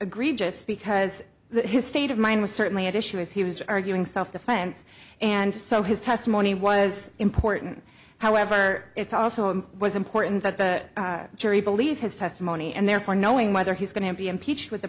agree just because his state of mind was certainly at issue as he was arguing self defense and so his testimony was important however it's also was important that the jury believe his testimony and therefore knowing whether he's going to be impeached with